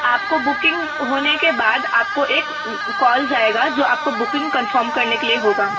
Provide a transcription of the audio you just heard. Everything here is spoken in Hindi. आपको बुकिंग होने के बाद आपको एक कॉल जाएगा जो आपको बुकिंग कन्फर्म करने के लिए होगा